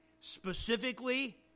specifically